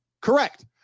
Correct